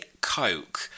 coke